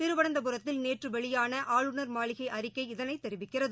திருவனந்தபுரத்தில் நேற்று வெளியான ஆளுநர் மாளிகை அறிக்கை இதனை தெரிவிக்கிறது